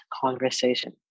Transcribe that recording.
conversation